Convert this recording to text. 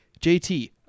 JT